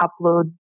upload